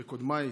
כקודמיי,